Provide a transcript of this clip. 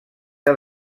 que